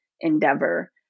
endeavor